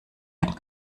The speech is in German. ein